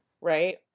right